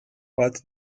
what